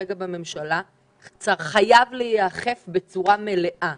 כרגע בממשלה חייב להיאכף בצורה מלאה.